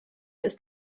ist